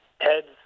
Ted's